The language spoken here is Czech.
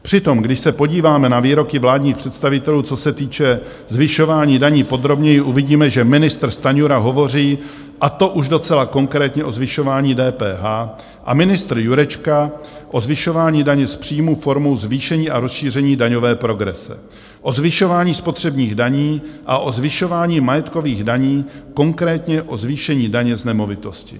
Přitom když se podíváme na výroky vládních představitelů, co se týče zvyšování daní, podrobněji, uvidíme, že ministr Stanjura hovoří, a to už docela konkrétně, o zvyšování DPH a ministr Jurečka o zvyšování daně z příjmů formou zvýšení a rozšíření daňové progrese, o zvyšování spotřebních daní a o zvyšování majetkových daní, konkrétně o zvýšení daně z nemovitostí.